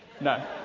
No